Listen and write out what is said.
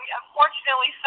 unfortunately